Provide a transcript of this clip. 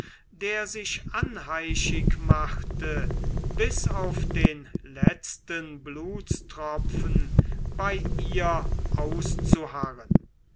der sich anheischig machte bis auf den letzten blutstropfen bei ihr auszuharren